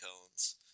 cones